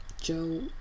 Joe